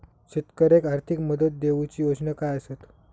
शेतकऱ्याक आर्थिक मदत देऊची योजना काय आसत?